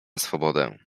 swobodę